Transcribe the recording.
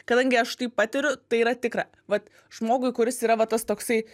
kadangi aš tai patiriu tai yra tikra vat žmogui kuris yra va tas toksai